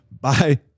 Bye